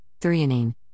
Threonine